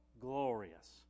glorious